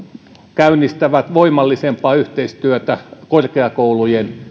käynnistävät voimallisempaa yhteistyötä korkeakoulujen